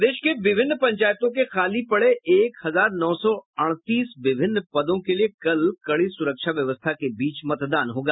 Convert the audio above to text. प्रदेश के विभिन पंचायतों के खाली पड़े एक हजार नौ सौ अड़तीस विभिन्न पदों के लिए कल कड़ी सुरक्षा व्यवस्था के बीच मतदान होगा